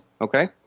okay